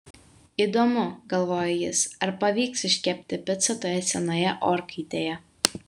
įdomu galvojo jis ar pavyks iškepti picą toje senoje orkaitėje